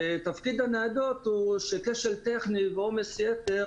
תפקיד הניידות הוא שכשל טכני ועומס יתר